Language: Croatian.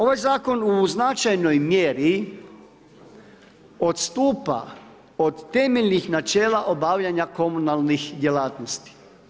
Ovaj zakon u značajnoj mjeri odstupa od temeljnih načela obavljanja komunalnih djelatnosti.